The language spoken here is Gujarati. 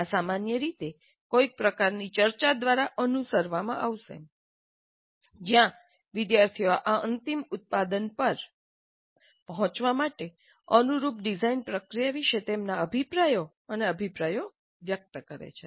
આ સામાન્ય રીતે કોઈક પ્રકારની ચર્ચા દ્વારા અનુસરવામાં આવશે જ્યાં વિદ્યાર્થીઓ આ અંતિમ ઉત્પાદન પર પહોંચવા માટે અનુરૂપ ડિઝાઇન પ્રક્રિયા વિશે તેમના અભિપ્રાયો અને અભિપ્રાયો વ્યક્ત કરે છે